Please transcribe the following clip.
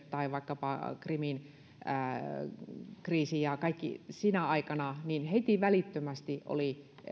tai vaikkapa krimin kriisiä ja kaikkea sinä aikana heti välittömästi oli